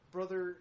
Brother